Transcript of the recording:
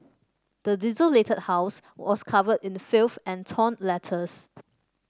the desolated house was covered in the filth and torn letters